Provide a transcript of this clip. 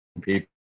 people